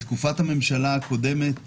בתקופת הממשלה הקודמת